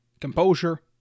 composure